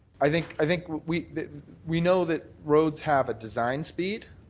i think i think we we know that roads have a design speed